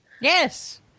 Yes